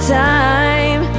time